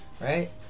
Right